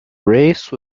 race